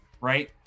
right